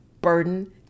burden